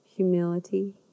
humility